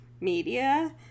media